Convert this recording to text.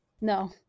No